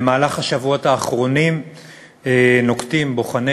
במהלך השבועות האחרונים נוקטים בוחני